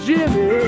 Jimmy